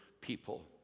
people